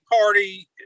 party